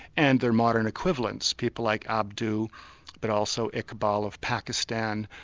and their modern equivalents, people like abdu but also iqbal of pakistan,